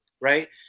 right